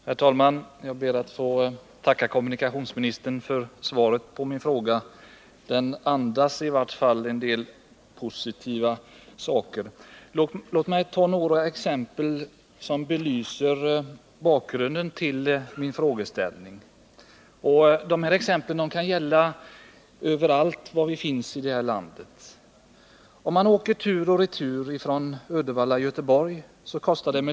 Herr talman! Jag ber att få tacka kommunikationsministern för svaret på min fråga. Det andas i varje fall en positiv syn på en del saker.